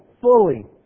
fully